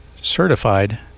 certified